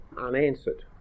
unanswered